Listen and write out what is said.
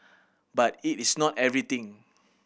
but it is not everything